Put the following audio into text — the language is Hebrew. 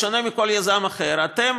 בשונה מכל יזם אחר, אתם